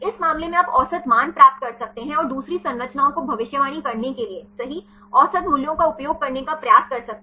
इस मामले में आप औसत मान प्राप्त कर सकते हैं और दूसरी संरचनाओं को भविष्यवाणी करने के लिए सही औसत मूल्य का उपयोग करने का प्रयास कर सकते हैं